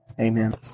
Amen